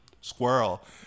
squirrel